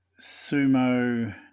Sumo